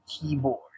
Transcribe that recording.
keyboard